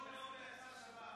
ב-20:00